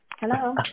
Hello